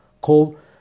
called